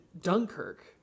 Dunkirk